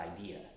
idea